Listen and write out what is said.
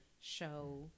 show